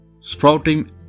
sprouting